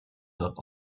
dort